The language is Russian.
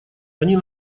они